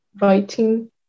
writing